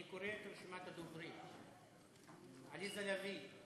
אני קורא את רשימת הדוברים: עליזה לביא,